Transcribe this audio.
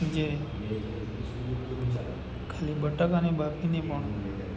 જે ખાલી બટાકાને બાફીને પણ